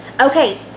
Okay